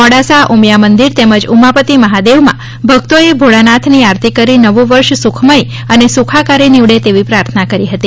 મોડાસા ઉમિયામંદિર તેમજ ઉમાપતિ મહાદેવમાં ભક્તોએ ભોળાનાથની આરતી કરી નવું વર્ષ સુખમય અને સુખાકારી નિવડે તેવી પ્રાર્થના કરી હતી